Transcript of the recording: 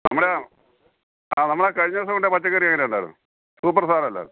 നമ്മുടെ ആണോ ആ നമ്മളെ കഴിഞ്ഞ ദിവസം കൊണ്ടു പോയ പച്ചക്കറി എങ്ങനെ ഉണ്ടായിരുന്നു സൂപ്പർ സാധനം അല്ലായിരുന്നോ